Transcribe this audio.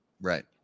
Right